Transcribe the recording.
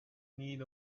need